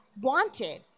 wanted